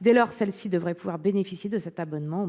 Dès lors, elles devraient pouvoir bénéficier de cet abattement,